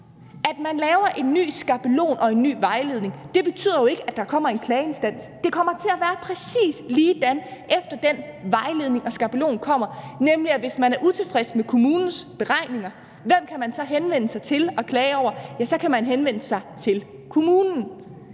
At man laver en ny skabelon og en ny vejledning, betyder jo ikke, at der kommer en klageinstans. Det kommer til at være præcis ligesådan, efter at den vejledning og skabelon er kommet, nemlig at hvis man er utilfreds med kommunens beregninger, hvem kan man så henvende sig til og klage over det? Ja, så kan man henvende sig til kommunen.